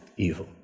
evil